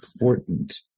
important